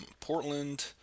Portland